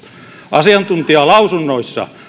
asiantuntijalausunnoissa